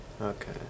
Okay